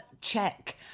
check